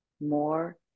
more